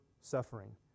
suffering